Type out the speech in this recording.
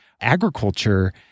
agriculture